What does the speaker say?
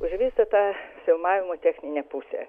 už visą tą filmavimo techninę pusę